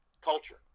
culture